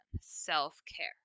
self-care